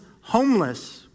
homeless